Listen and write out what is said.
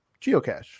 geocache